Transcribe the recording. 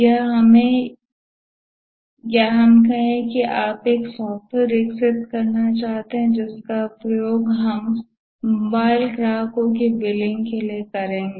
या हम कहें कि आप एक सॉफ्टवेयर विकसित करना चाहते हैं जिसका उपयोग हम मोबाइल ग्राहकों को बिलिंग के लिए करेंग